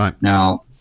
Now